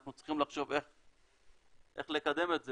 אנחנו צריכים לחשוב איך לקדם את זה,